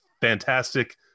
fantastic